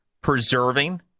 preserving